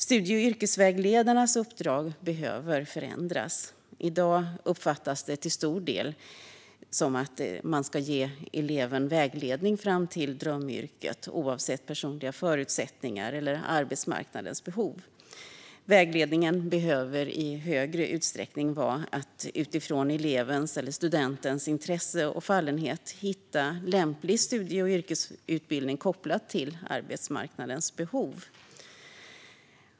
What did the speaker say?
Studie och yrkesvägledarnas uppdrag behöver förändras. I dag uppfattas det till stor del som att man ska ge eleven vägledning fram till drömyrket oavsett personliga förutsättningar eller arbetsmarknadens behov. Vägledningen behöver i större utsträckning vara att utifrån elevens eller studentens intresse och fallenhet hitta lämplig studie och yrkesutbildning kopplat till arbetsmarknadens behov.